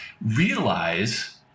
realize